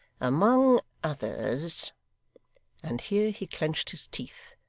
among others and here he clenched his teeth,